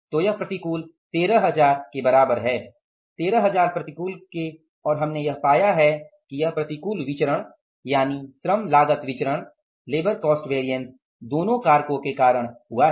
तो यह प्रतिकूल 13000 बराबर है 13000 प्रतिकूल के और हमने यह पाया है कि यह प्रतिकूल विचरण यानी श्रम लागत विचरण दोनों कारकों के कारण हुआ है